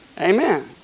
Amen